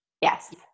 Yes